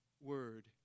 word